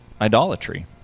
idolatry